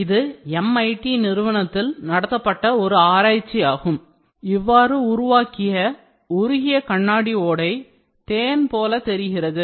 இது MIT நிறுவனத்தில் நடத்தப்பட்ட ஒரு ஆராய்ச்சி ஆகும் இவ்வாறு உருவாக்கிய உருகிய கண்ணாடி ஓடை தேன் போல் தெரிகிறது